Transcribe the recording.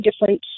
different